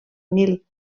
nil